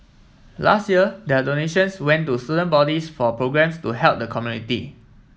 last year their donations went to student bodies for programmes to help the community